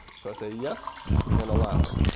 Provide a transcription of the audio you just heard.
so i say, yes and allow.